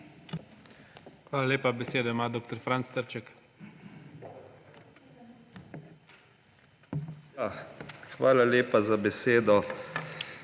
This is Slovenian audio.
Hvala lepa za besedo,